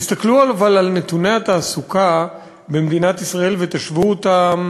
אבל תסתכלו על נתוני התעסוקה במדינת ישראל ותשוו אותם